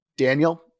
Daniel